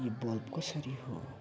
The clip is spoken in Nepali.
यो बल्ब कसरी हो